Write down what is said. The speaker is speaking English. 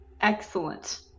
Excellent